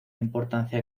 importancia